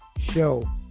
show